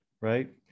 right